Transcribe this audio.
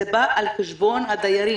זה בא על חשבון הדיירים,